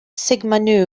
sigma